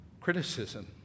criticism